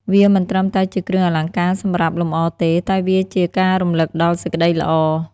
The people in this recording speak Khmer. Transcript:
វាមិនត្រឹមតែជាគ្រឿងអលង្ការសម្រាប់លម្អទេ តែវាជាការរំឭកដល់សេចក្តីល្អ។